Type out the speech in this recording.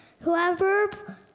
whoever